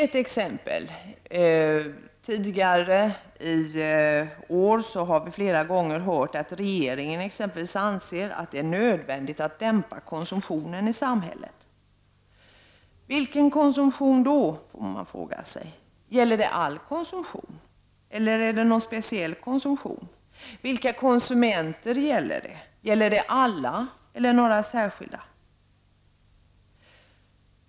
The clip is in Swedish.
Tidigare i år har vi flera gånger fått höra att regeringen exempelvis anser att det är nödvändigt att dämpa konsumtionen i samhället. Vilken konsumtion? får man fråga sig. Gäller det all konsumtion, eller är det någon speciell konsumtion? Gäller det alla konsumenter, eller är det några särskilda?